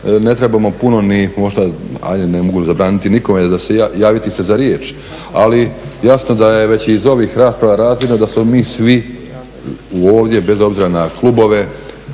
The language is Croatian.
ne trebamo puno ni, možda, ajde ne mogu zabraniti nikome javiti se za riječ, ali jasno da je već iz ovih rasprava razmjerno da smo mi svi ovdje, bez obzira na klubove